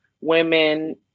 women